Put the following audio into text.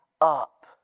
up